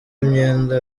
imyenda